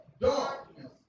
Darkness